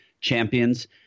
Champions